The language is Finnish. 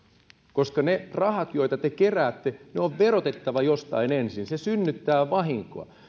koska ne rahat joita te keräätte on verotettava jostain ensin ja se synnyttää vahinkoa